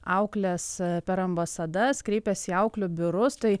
auklės per ambasadas kreipėsi į auklių biurus tai